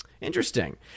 Interesting